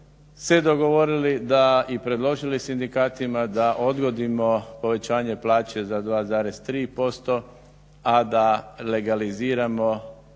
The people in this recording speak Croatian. se dogovorili da i predložili sindikatima da odgodimo povećanje plaće za 2,3% a da legaliziramo